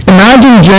Imagine